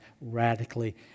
radically